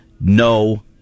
no